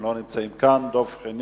הם לא נמצאים כאן: חבר הכנסת דב חנין,